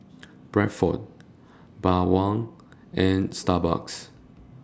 Bradford Bawang and Starbucks